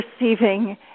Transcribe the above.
receiving